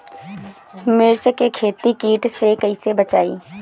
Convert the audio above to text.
मिर्च के खेती कीट से कइसे बचाई?